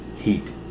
Heat